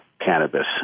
cannabis